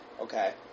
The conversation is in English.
okay